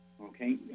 okay